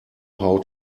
how